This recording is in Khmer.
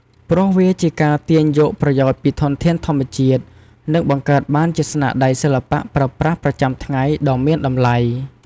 ព្រោះវាជាការទាញយកប្រយោជន៍ពីធនធានធម្មជាតិ និងបង្កើតបានជាស្នាដៃសិល្បៈប្រើប្រាស់ប្រចាំថ្ងៃដ៏មានតម្លៃ។